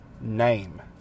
name